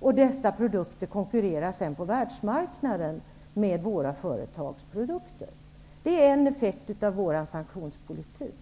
Dessa produkter konkurrerar sedan på världsmarknaden med våra företags produkter. Det är en effekt av vår sanktionspolitik.